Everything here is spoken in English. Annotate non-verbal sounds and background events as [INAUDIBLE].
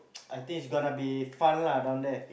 [NOISE] I think is gonna be fun lah down there